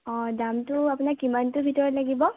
অ দামটো আপোনাক কিমানটোৰ ভিতৰত লাগিব